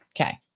Okay